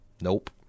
Nope